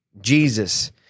Jesus